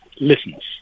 listeners